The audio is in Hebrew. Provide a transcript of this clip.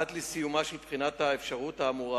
עד לסיומה של בחינת האפשרות האמורה,